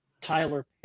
Tyler